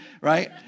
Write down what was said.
right